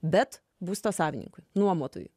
bet būsto savininkui nuomotojui